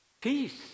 Peace